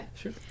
sure